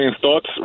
thoughts